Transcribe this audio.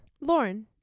Lauren